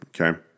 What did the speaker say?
Okay